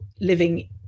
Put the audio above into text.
living